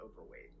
overweight